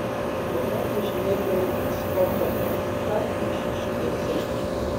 po to važinėdavau į sporto mokyklą eišiškėse